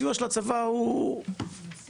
הסיוע של הצבא הוא עושה,